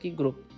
group